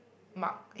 mark